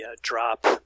drop